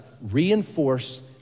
reinforce